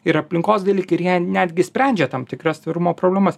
ir aplinkos dalykai ir jie netgi sprendžia tam tikras tvarumo problemas